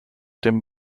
dem